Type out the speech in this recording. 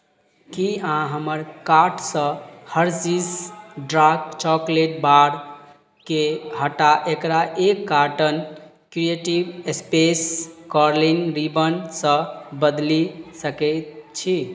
की अहाँ हमर कार्टसँ हर्शीज डार्क चॉकलेट बारकेँ हटा एकरा एक कार्टन क्रिएटिव स्पेस कर्लिंग रिबनसँ बदलि सकैत छी